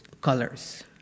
colors